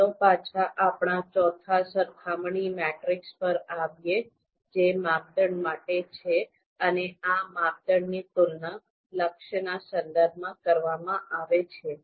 ચાલો પાછા આપણા ચોથા સરખામણી મેટ્રિક્સ પર આવીએ જે માપદંડ માટે છે અને આ માપદંડની તુલના લક્ષ્યના સંદર્ભમાં કરવામાં આવે છે